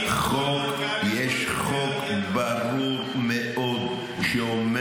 יש חוק ברור מאוד שאומר